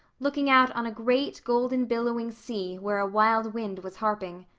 looking out on a great, golden, billowing sea where a wild wind was harping.